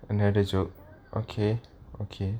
another job okay okay